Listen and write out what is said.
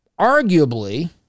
arguably